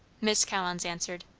miss collins answered,